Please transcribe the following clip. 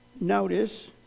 Notice